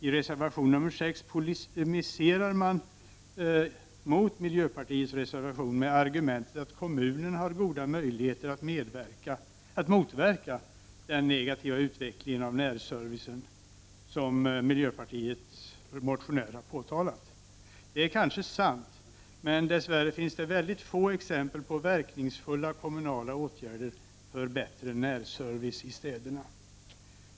I reservation nr 6 polemiserar man mot miljöpartiets reservation med argumentet att kommunerna har goda möjligheter att motverka den negativa utveckling av närservicen som miljöpartiets motionär har påtalat. Det kanske är sant, men dess värre finns det få exempel på verkningsfulla kommunala åtgärder för bättre närservice i städerna.